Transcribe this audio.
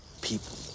people